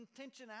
intentionality